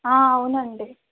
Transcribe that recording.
అవునండీ